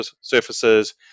surfaces